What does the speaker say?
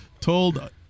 told